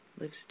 lives